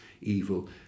evil